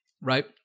right